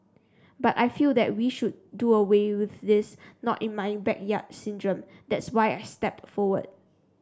but I feel that we should do away with this not in my backyard syndrome that's why I stepped forward